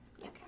Okay